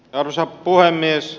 arvoisa puhemies